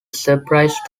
surprise